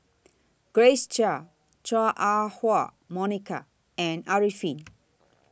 Grace Chia Chua Ah Huwa Monica and Arifin